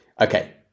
Okay